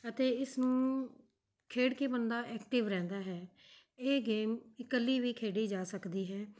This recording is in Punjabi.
ਅਤੇ ਇਸਨੂੰ ਖੇਡ ਕੇ ਬੰਦਾ ਐਕਟਿਵ ਰਹਿੰਦਾ ਹੈ ਇਹ ਗੇਮ ਇਕੱਲੀ ਵੀ ਖੇਡੀ ਜਾ ਸਕਦੀ ਹੈ